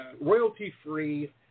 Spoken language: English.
royalty-free